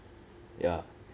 ya